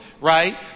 right